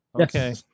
Okay